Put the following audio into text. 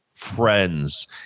friends